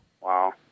Wow